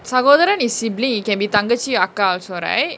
சகோதரன்:sakotharan is sibling it can be தங்கச்சி அக்கா:thangachi akka also right